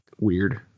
weird